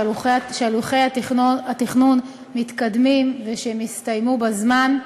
שהליכי התכנון מתקדמים ושהם יסתיימו בזמן.